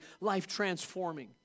life-transforming